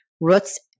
Roots